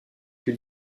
que